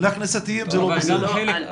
ולכנסייתיים זה לא בסדר?